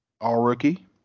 All-rookie